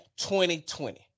2020